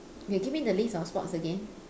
you give me the list of sports again